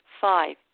Five